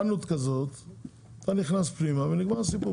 מין חנות אתה נכנס פנימה ונגמר הסיפור.